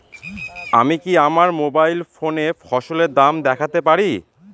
আমি কি আমার মোবাইল ফোনে ফসলের দাম দেখতে পারি?